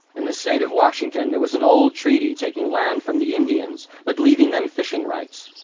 in the state of washington, there was an old treaty taking land from the indians but leaving them fishing rights.